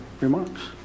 remarks